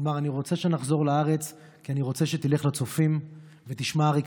הוא אמר: אני רוצה שנחזור לארץ כי אני רוצה שתלך לצופים ותשמע אריק